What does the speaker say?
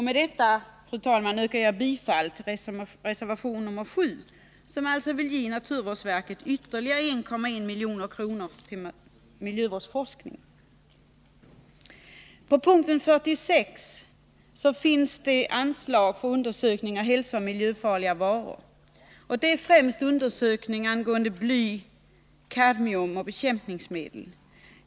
Med detta, fru talman, yrkar jag bifall till reservationen 7, som alltså vill ge naturvårdsverket ytterligare 1,1 milj.kr. för miljövårdsforskning. Punkten 46 gäller anslag för undersökning av hälsooch miljöfarliga varor, främst undersökning angående bly, kadmium och bekämpningsmedel.